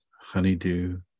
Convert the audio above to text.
honeydew